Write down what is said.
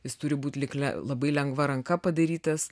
jis turi būti lyg le labai lengva ranka padarytas